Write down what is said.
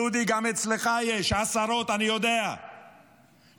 דודי, גם אצלך יש עשרות, אני יודע שמתגייסים.